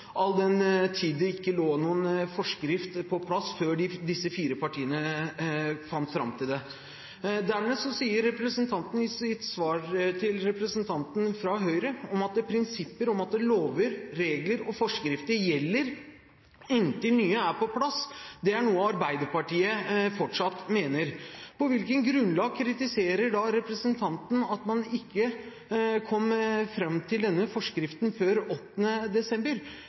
all den tid det ikke lå noen forskrift på plass før disse fire partiene fant fram til det. Dernest sier representanten i sitt svar til representanten fra Høyre at prinsippet om at lover, regler og forskrifter gjelder inntil nye er på plass, er noe Arbeiderpartiet fortsatt mener. På hvilket grunnlag kritiserer da representanten at man ikke kom fram til denne forskriften før 8. desember,